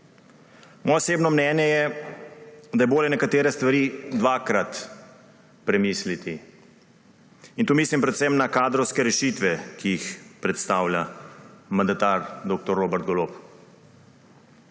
Moje osebno mnenje je, da je bolje nekatere stvari dvakrat premisliti. In tu mislim predvsem na kadrovske rešitve, ki jih predstavlja mandatar dr. Robert Golob.